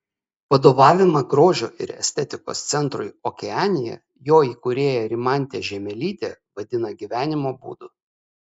vadovavimą grožio ir estetikos centrui okeanija jo įkūrėja rimantė žiemelytė vadina gyvenimo būdu